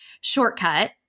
shortcut